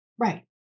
Right